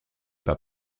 pas